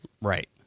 Right